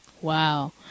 Wow